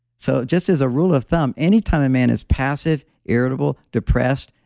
so, just as a rule of thumb, anytime a man is passive, irritable, depressed,